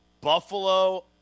Buffalo